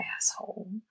Asshole